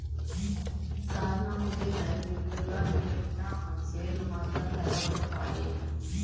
సార్నముకే నదినిండుగా నీరున్నా మనసేను మాత్రం తడవక పాయే